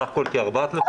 אבל,